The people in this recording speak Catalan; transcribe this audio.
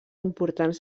importants